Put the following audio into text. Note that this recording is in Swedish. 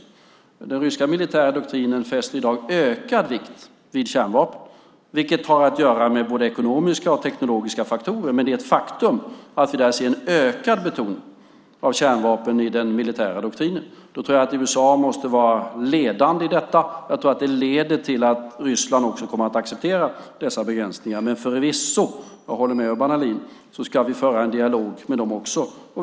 I den ryska militära doktrinen fästs i dag ökad vikt vid kärnvapen, vilket har att göra med både ekonomiska och teknologiska faktorer. Men det är ett faktum att vi där ser en ökad betoning av kärnvapen i den militära doktrinen. Då tror jag att USA måste vara ledande i detta. Jag tror att det leder till att också Ryssland kommer att acceptera dessa begränsningar. Förvisso - där håller jag med Urban Ahlin - ska vi föra en dialog också med dem.